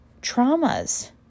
traumas